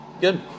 Good